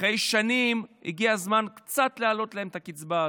אחרי שנים הגיע הזמן קצת להעלות להם את הקצבה הזאת,